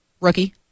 rookie